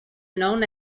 known